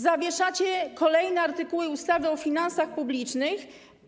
Zawieszacie kolejne artykuły ustawy o finansach publicznych.